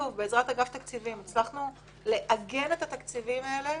בעזרת אגף תקציבים הצלחנו לעגן את התקציבים האלה